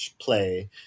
play